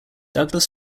douglas